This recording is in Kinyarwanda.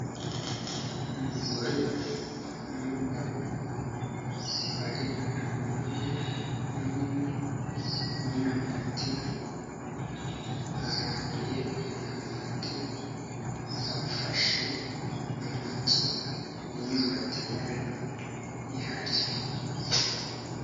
Umugore n'umugabo bari mu murima munini w'imyumbati. Baranduye umwumbati bawufashe mu ntoki n'imyumbati yawo ihari.